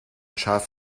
schaf